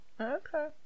okay